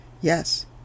Yes